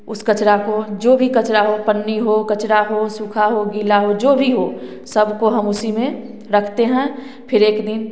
उस कचरा को जो भी कचरा हो पानी हो कचरा हो सूखा हो गीला हो जो भी हो सब को हम उसी में रखते हैं फिर एक दिन